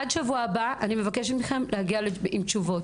עד שבוע הבא, אני מבקשת מכם להגיע עם תשובות.